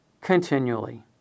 continually